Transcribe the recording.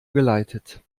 geleitet